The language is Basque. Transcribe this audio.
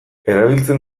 erabiltzen